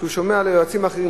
כי הוא שומע ליועצים אחרים,